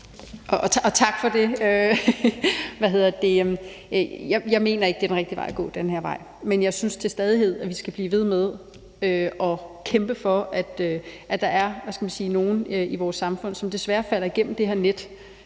Tak for det. Jeg mener ikke, at den her vej er den rigtige vej at gå. Men jeg synes, at vi til stadighed skal blive ved med at kæmpe for at hjælpe dem, der i vores samfund desværre falder igennem det her net,